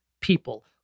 people